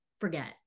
forget